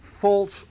false